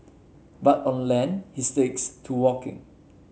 but on land he sticks to walking